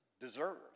deserves